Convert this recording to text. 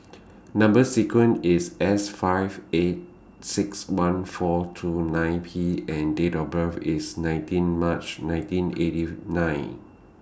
Number sequence IS S five eight six one four two nine P and Date of birth IS nineteen March nineteen eighty nine